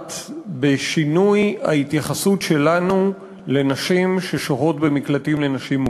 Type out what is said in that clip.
אחת בשינוי ההתייחסות שלנו לנשים ששוהות במקלטים לנשים מוכות.